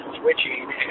switching